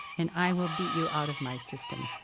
and i will beat you out of my system.